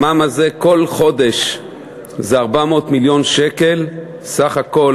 המע"מ הזה כל חודש זה 400 מיליון שקל, סך הכול